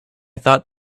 thought